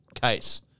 case